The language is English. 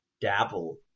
dabble